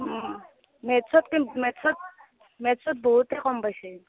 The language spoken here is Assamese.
মেটছত মেটছত মেটছত বহুতে কম পাইছে